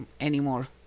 anymore